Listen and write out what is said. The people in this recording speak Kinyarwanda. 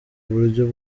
buryo